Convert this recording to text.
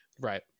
right